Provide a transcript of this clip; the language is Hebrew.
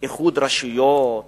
איחוד רשויות